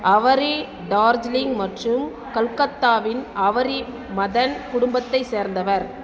அவரி டார்ஜ்லிங் மற்றும் கல்கத்தாவின் அவரி மதன் குடும்பத்தைச் சேர்ந்தவர்